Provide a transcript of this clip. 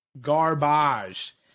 garbage